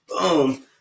Boom